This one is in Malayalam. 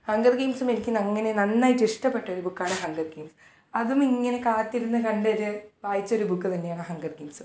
ഹങ്കർ ഗൈമ്സുമെനിക്ക് അങ്ങനെ നന്നായിട്ട് ഇഷ്ടപ്പെട്ട ഒരു ബുക്കാണ് ഹങ്കർ ഗെയിംസ് അതുമിങ്ങനെ കാത്തിരുന്ന് കണ്ടൊരു വായിച്ചൊരു ബുക്ക് തന്നെയാണ് ഹങ്കർ ഗെയിംസും